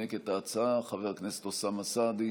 ינמק את ההצעה חבר הכנסת אוסאמה סעדי.